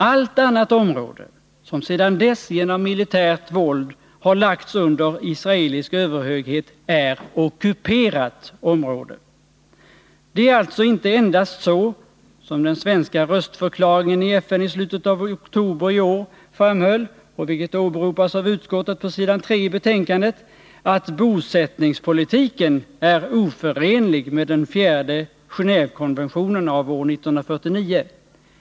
Allt annat område som sedan dess genom militärt våld har lagts under israelisk överhöghet är ockuperat område. Det är alltså inte endast så — som den svenska röstförklaringen i FN i slutet av oktober framhöll, en röstförklaring som åberopas av utskottet på s. 3 i betänkandet — att bosättningspolitiken är oförenlig med den fjärde Genévekonventionen av år 1949.